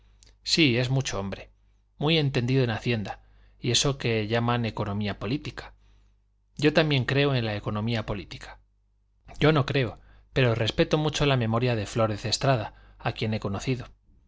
sí es mucho hombre muy entendido en hacienda y eso que llaman economía política yo también creo en la economía política yo no creo pero respeto mucho la memoria de flórez estrada a quien he conocido